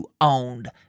owned